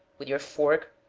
with your fork,